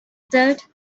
that